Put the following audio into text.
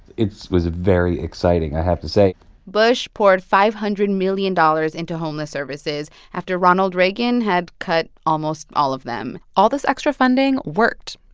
it was very exciting, i have to say bush poured five hundred million dollars into homeless services after ronald reagan had cut almost all of them all this extra funding worked.